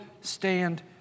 stand